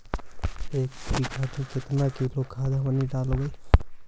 एक बीघा मे के किलोग्राम खाद हमनि डालबाय?